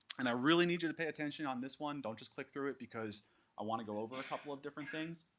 and i really need you to pay attention on this one. don't just click through it because i want to go over a couple of different things.